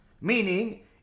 Meaning